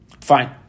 Fine